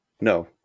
No